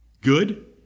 good